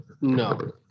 No